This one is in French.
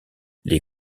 les